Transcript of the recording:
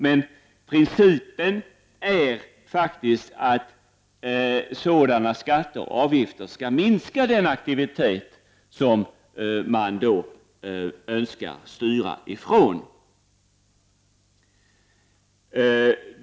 Tanken är dock att sådana skatter och avgifter skall minska den aktivitet som man önskar styra bort ifrån.